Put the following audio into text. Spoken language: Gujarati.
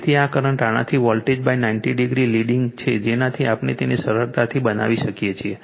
તેથી આ કરંટ આનાથી વોલ્ટેજ 90 ડિગ્રી લિડીંગ છે જેનાથી આપણે તેને સરળતાથી બનાવી શકીએ છીએ